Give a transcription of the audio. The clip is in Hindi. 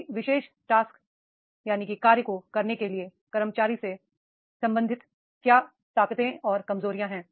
किसी विशेष कार्य को करने के लिए कर्मचारी से संबंधित क्या ताकतें और कमजोरियां क्या है